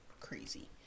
crazy